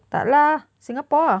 tak lah singapore ah